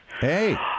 Hey